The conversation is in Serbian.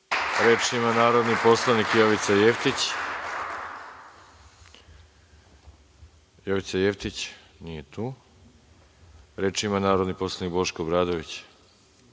Reč ima narodni poslanik Jovica Jevtić. (Nije tu.)Reč ima narodni poslanik Boško Obradović.